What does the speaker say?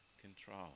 control